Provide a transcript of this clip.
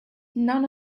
none